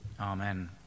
Amen